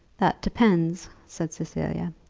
that depends, said cecilia.